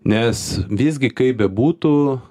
nes visgi kaip bebūtų